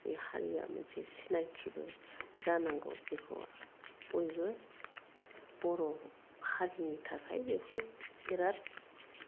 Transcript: बे हारिया मोनसे सिनायथिबो जानांगौ बेखौ बयबो बर' हारिनि थाखाय बेखौ बेराद